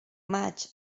maig